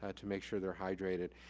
ah to make sure they're hydrated.